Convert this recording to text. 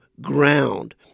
ground